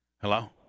Hello